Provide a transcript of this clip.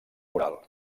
moral